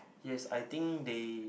yes I think they